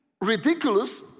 ridiculous